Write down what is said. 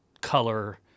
color